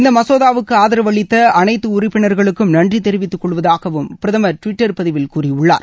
இந்த மசோதாவுக்கு அதரவு அளித்த அனைத்து உறுப்பினர்களுக்கும் நன்றி தெரிவித்துக் கொள்வதாகவும் பிரதமர் டுவிட்டர் பதிவில் கூறியுள்ளார்